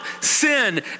sin